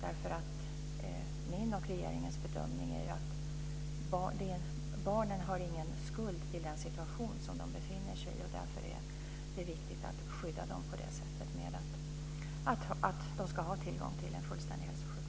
Min och regeringens bedömning är den att barnen inte har någon skuld till den situation som de befinner sig i och att det är viktigt att skydda dem genom att ge dem tillgång till en fullständig hälso och sjukvård.